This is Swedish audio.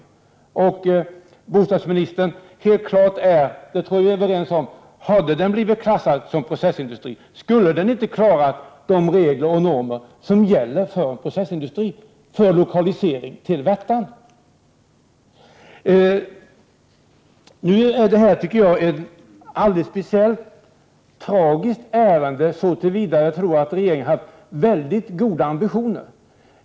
Det är helt klart, bostadsministern, och det tror jag att vi är överens om, att anläggningen — om den hade klassats som processindustri — inte skulle ha motsvarat de regler och normer som gäller för en processindustri som lokaliseras till Värtan. Det här ärendet är särskilt tragiskt i synnerhet som jag tror att regeringen har haft väldigt goda ambitioner.